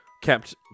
kept